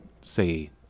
say